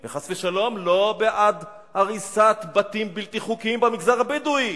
וחס ושלום לא בעד הריסת בתים בלתי חוקיים במגזר הבדואי.